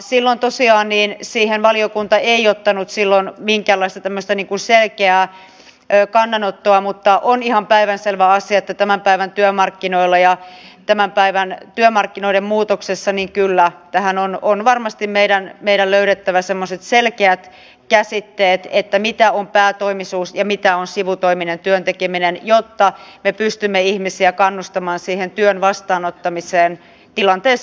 silloin tosiaan siihen valiokunta ei ottanut minkäänlaista selkeää kannanottoa mutta on ihan päivänselvä asia että tämän päivän työmarkkinoilla ja tämän päivän työmarkkinoiden muutoksessa kyllä tähän on varmasti meidän löydettävä selkeät käsitteet mitä on päätoimisuus ja mitä on sivutoiminen työn tekeminen jotta me pystymme ihmisiä kannustamaan siihen työn vastaanottamiseen tilanteessa kuin tilanteessa